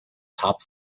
top